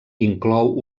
inclou